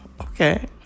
okay